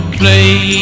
play